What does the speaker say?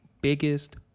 biggest